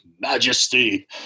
majesty